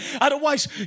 Otherwise